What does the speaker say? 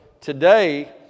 today